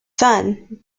son